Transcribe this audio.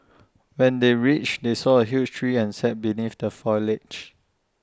when they reached they saw A huge tree and sat beneath the foliage